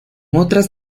otras